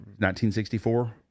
1964